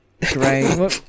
Drain